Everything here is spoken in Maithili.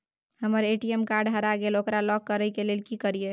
हमर ए.टी.एम कार्ड हेरा गेल ओकरा लॉक करै के लेल की करियै?